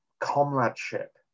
comradeship